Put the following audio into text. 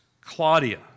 Claudia